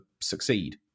succeed